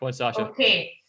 Okay